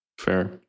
fair